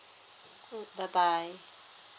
mm bye bye